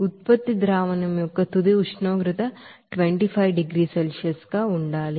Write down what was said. ఉత్పత్తి ಸೊಲ್ಯೂಷನ್ యొక్క తుది ఉష్ణోగ్రత 25 డిగ్రీల సెల్సియస్ గా ఉండాలి